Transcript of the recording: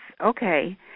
okay